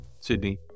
Sydney